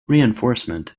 reinforcement